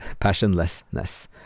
passionlessness